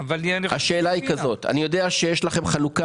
השאלה היא כזאת: אני יודע שיש לכם חלוקה